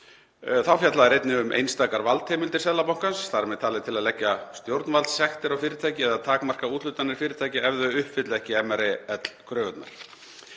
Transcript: Þá fjalla þær einnig um einstakar valdheimildir Seðlabankans, þar með talið til að leggja stjórnvaldssektir á fyrirtæki eða takmarka úthlutanir fyrirtækja ef þau uppfylla ekki MREL-kröfurnar.